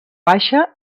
baixa